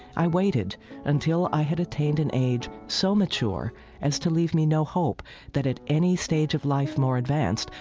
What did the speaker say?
i waited until i had attained an age so mature as to leave me no hope that at any stage of life more advanced,